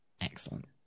Excellent